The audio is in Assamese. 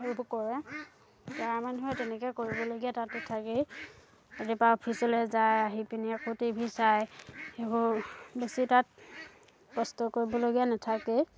সেইবোৰ কৰে গাঁৱৰ মানুহৰ তেনেকৈ কৰিবলগীয়া তাতে থাকেই ৰাতিপুৱা অফিচলৈ যায় আহি পিনি আকৌ টিভি চায় সেইবোৰ বেছি তাত কষ্ট কৰিবলগীয়া নাথাকেই